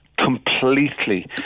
completely